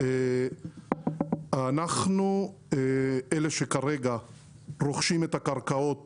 אנחנו אלה שכרגע רוכשים את הקרקעות